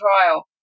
trial